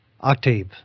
Octave